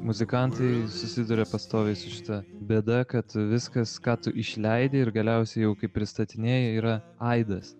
muzikantai susiduria pastoviai su šita bėda kad viskas ką tu išleidi ir galiausiai jau kai pristatinėji yra aidas